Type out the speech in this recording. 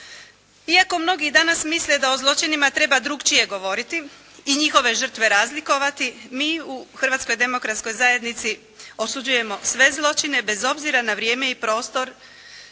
Iako mnogi danas misle da o zločinima treba drukčije govoriti i njihove žrtve razlikovati, mi u Hrvatskoj demokratskoj zajednici osuđujemo sve zločine, bez obzira na vrijeme i prostor